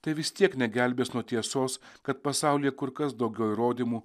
tai vis tiek negelbės nuo tiesos kad pasaulyje kur kas daugiau įrodymų